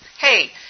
hey